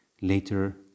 later